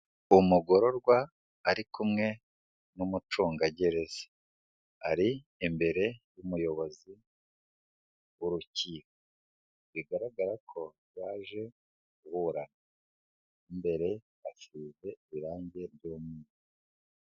Umugororwa ari kumwe n'umucunga gereza, ari imbere y'umuyobozi w'urukiko, bigaragara ko yaje kuburana, mo imbere hasize irangi ry'umweru.